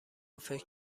فکر